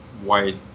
white